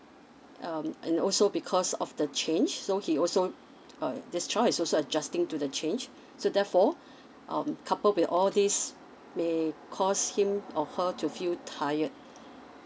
um and also because of the change so he also uh this child is also adjusting to the change so therefore um couple with all these may cause him or her to feel tired